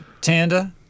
Tanda